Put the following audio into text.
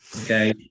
Okay